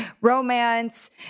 romance